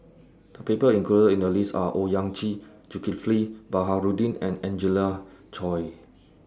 The People included in The list Are Owyang Chi Zulkifli Baharudin and Angelina Chory